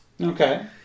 Okay